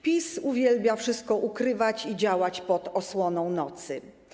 PiS uwielbi wszystko ukrywać i działać pod osłoną nocy.